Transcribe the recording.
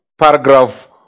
paragraph